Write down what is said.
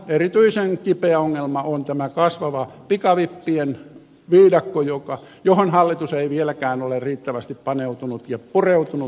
erityisen kipeä ongelma on kasvava pikavippien viidakko johon hallitus ei vieläkään ole riittävästi paneutunut ja pureutunut